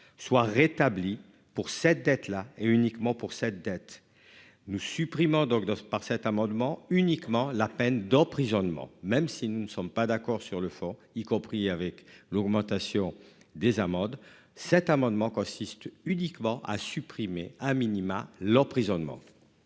soit rétablie pour cette dette là et uniquement pour cette dette nous supprimons donc ce par cet amendement uniquement la peine d'emprisonnement même si nous ne sommes pas d'accord sur le fond y compris avec l'augmentation des amendes. Cet amendement consiste uniquement à supprimer a minima l'emprisonnement.